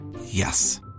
Yes